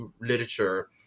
literature